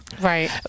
right